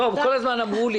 כל הזמן אומרים לי